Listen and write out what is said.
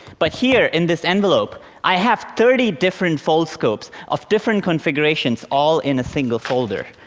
but here in this envelope i have thirty different foldscopes of different configurations all in a single folder.